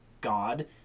God